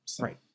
right